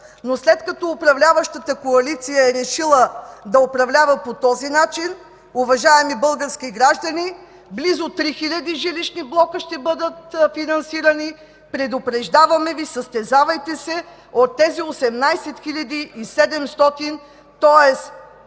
Но след като управляващата коалиция е решила да управлява по този начин, уважаеми български граждани, близо 3 000 жилищни блока ще бъдат финансирани – предупреждаваме Ви, състезавайте се, защото 15 000 от